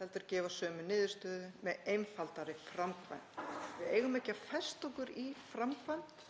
heldur gefa sömu niðurstöðu með einfaldari framkvæmd. Við eigum ekki að festa okkur í framkvæmd